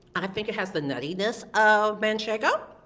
i think it has the nuttiness of manchego,